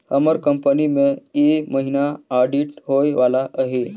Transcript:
हमर कंपनी में ए महिना आडिट होए वाला अहे